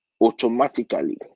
automatically